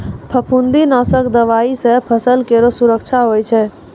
फफूंदी नाशक दवाई सँ फसल केरो सुरक्षा होय छै